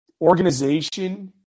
organization